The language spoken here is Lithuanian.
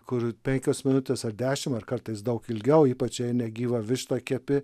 kur penkios minutės ar dešimt ar kartais daug ilgiau ypač jei negyvą vištą kepti